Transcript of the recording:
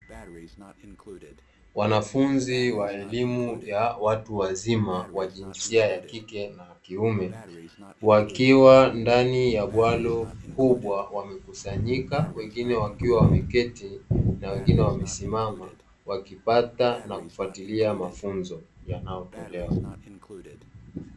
Wanafunzi wa elimu ya watu wazima wa jinsia ya kike na ya kiume wakiwa ndani ya bwalo kubwa wamekusanyika, wengine wakiwa wameketi na wengine wamesimama wakipata na kufatilia mafunzo yanayotolewa.